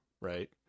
right